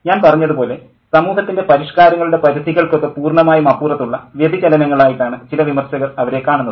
ഞാൻ പറഞ്ഞതുപോലെ സമൂഹത്തിൻ്റെ പരിഷ്കാരങ്ങളുടെ പരിധികൾക്കൊക്കെ പൂർണ്ണമായും പുറത്തുള്ള വ്യതിചലനങ്ങളായിട്ടാണ് ചില വിമർശകർ അവരെ കാണുന്നത്